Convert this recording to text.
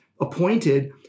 appointed